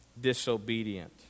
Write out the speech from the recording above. disobedient